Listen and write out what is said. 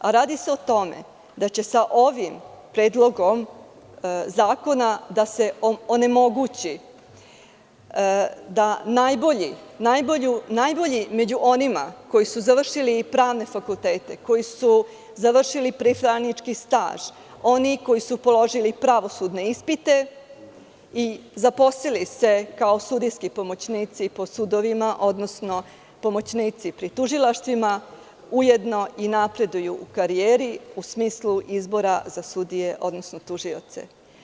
Radi se o tome da će sa ovim predlogom zakona da se onemogući da najbolji među onima koji su završili i pravne fakultete, koji su završili pripravnički staž, oni koji su položili pravosudne ispite i zaposlili se kao sudijski pomoćnici po sudovima, odnosno pomoćnici pri tužilaštvima, ujedno i napreduju u karijeri u smislu izbora za sudije, odnosno tužioce.